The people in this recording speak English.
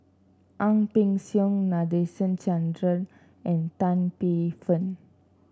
Ang Peng Siong Nadasen Chandra and Tan Paey Fern